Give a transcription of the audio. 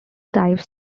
dives